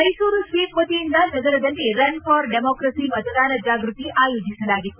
Mysuru SVEEP ವತಿಯಿಂದ ನಗರದಲ್ಲಿ run for democracy ಮತದಾನ ಜಾಗೃತಿ ಆಯೋಜಿಸಲಾಗಿತ್ತು